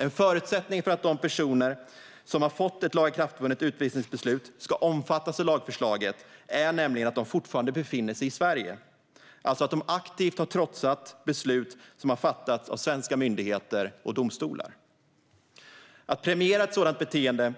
En förutsättning för att de personer som har fått ett lagakraftvunnet utvisningsbeslut ska omfattas av lagförslaget är nämligen att de fortfarande befinner sig i Sverige, alltså att de aktivt har trotsat beslut som har fattats av svenska myndigheter och domstolar. Att premiera ett sådant beteende